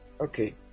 Okay